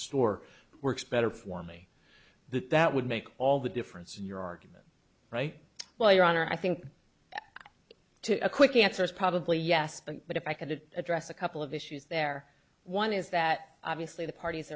store works better for me that that would make all the difference in your argument right well your honor i think to a quick answer is probably yes but but if i could address a couple of issues there one is that obviously the parties